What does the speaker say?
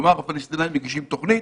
כלומר, הפלסטינים מגישים תוכנית,